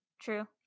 True